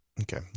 Okay